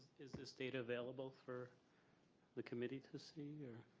is this data available for the committee to see